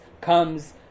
comes